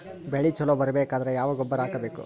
ಬೆಳಿ ಛಲೋ ಬರಬೇಕಾದರ ಯಾವ ಗೊಬ್ಬರ ಹಾಕಬೇಕು?